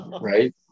Right